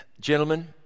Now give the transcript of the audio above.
Gentlemen